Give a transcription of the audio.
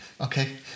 Okay